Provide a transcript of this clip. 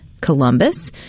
Columbus